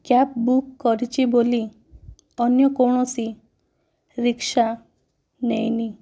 cab book କରିଛି ବୋଲି ଅନ୍ୟ କୌଣସି ରିକ୍ସା ନେଇନି